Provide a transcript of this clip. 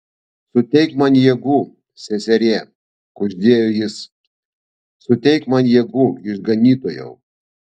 suteik man jėgų seserie kuždėjo jis suteik man jėgų išganytojau